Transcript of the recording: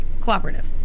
cooperative